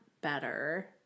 better